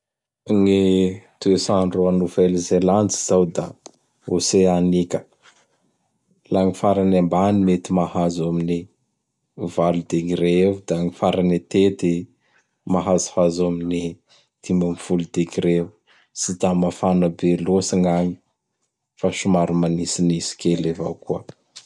Gny toets'andro a Nouvel-Zelandy zao da oseanika, la gny farany ambany mety mahazo amin'ny volo dengre ao; da ny farany atety mahazohazo amin'ny dimy am folo degre eo. Tsy da mafana be loatsy gn'agny fa somary manitsinitsy kely avao koa.